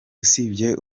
usibye